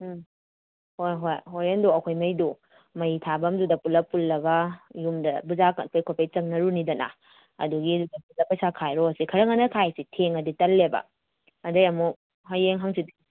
ꯎꯝ ꯍꯣꯏ ꯍꯣꯏ ꯍꯣꯔꯦꯟꯗꯨ ꯑꯩꯈꯣꯏ ꯉꯩꯗꯨ ꯃꯩ ꯊꯥꯐꯝꯗꯨꯗ ꯄꯨꯜꯂꯞ ꯄꯨꯜꯂꯒ ꯌꯨꯝꯗ ꯄꯨꯖꯥ ꯀꯠꯄꯩ ꯈꯣꯠꯄꯩ ꯆꯪꯅꯔꯨꯅꯤꯗꯅ ꯑꯗꯨꯒꯤ ꯄꯩꯁꯥ ꯈꯥꯏꯔꯨꯔꯁꯤ ꯈꯔ ꯉꯟꯅ ꯈꯥꯏꯁꯤ ꯊꯦꯡꯉꯗꯤ ꯇꯜꯂꯕ ꯑꯗꯩ ꯑꯃꯨꯛ ꯍꯥꯌꯦꯡ ꯍꯪꯆꯤꯠ